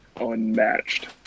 unmatched